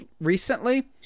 recently